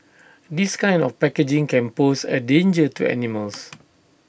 this kind of packaging can pose A danger to animals